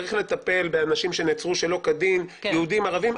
צריך לטפל באנשים שנעצרו שלא כדין, יהודים וערבים.